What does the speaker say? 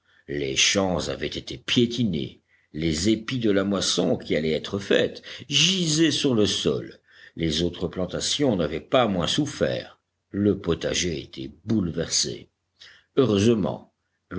les champs avaient été piétinés les épis de la moisson qui allait être faite gisaient sur le sol les autres plantations n'avaient pas moins souffert le potager était bouleversé heureusement